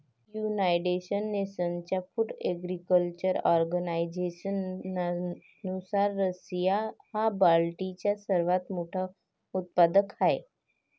United नेशन्सच्या food agriculture ऑर्गनायझेशननुसार, Russia हा बार्लीचा सर्वात मोठा उत्पादक आहे